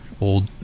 old